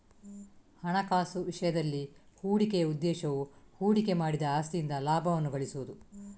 ಹಣಕಾಸು ವಿಷಯದಲ್ಲಿ, ಹೂಡಿಕೆಯ ಉದ್ದೇಶವು ಹೂಡಿಕೆ ಮಾಡಿದ ಆಸ್ತಿಯಿಂದ ಲಾಭವನ್ನು ಗಳಿಸುವುದು